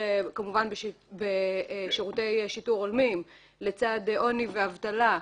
כמובן לצד שירותי שיטור הולמים לצד עוני ואבטלה,